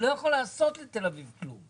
לא יכול לעשות לתל אביב כלום.